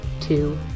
Two